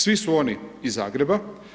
Svi su oni iz Zagreba.